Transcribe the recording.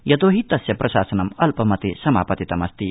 यतोहि तस्य प्रशासनम अल्पमते समापतितमस्ति